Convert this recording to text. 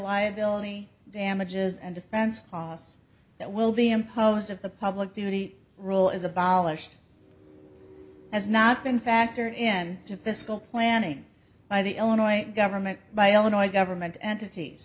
liability damages and defense false that will be imposed of the public duty rule is abolished has not been factored in to fiscal planning by the illinois government by illinois government entities